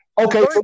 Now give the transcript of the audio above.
okay